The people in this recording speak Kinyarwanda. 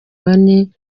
bane